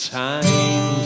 time